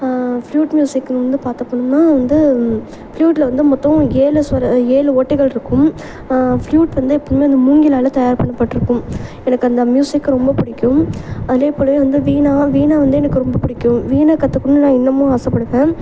flute music வந்து பார்க்கப்போனோம்னா வந்து ஃப்ளூட்டில் வந்து மொத்தம் ஏழு சொவரை ஏழு ஓட்டைகள் இருக்கும் ஃப்ளூட் வந்து எப்புடினா இந்த மூங்கிலால் தயார் பண்ணப்பட்டுருக்கும் எனக்கு அந்த மியூசிக் ரொம்ப பிடிக்கும் அதேபோலவே வந்து வீணா வீணை வந்து எனக்கு ரொம்ப பிடிக்கும் வீணை கற்றுக்கணும்னு நான் இன்னமும் ஆசைப்படுவேன்